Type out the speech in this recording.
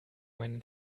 meinen